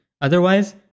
Otherwise